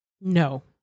No